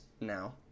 now